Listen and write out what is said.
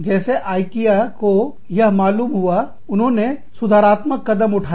जैसे आइकियाIkea को यह मालूम हुआ उन्होंने सुधारात्मक कदम उठाए